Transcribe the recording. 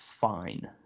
fine